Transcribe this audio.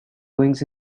goings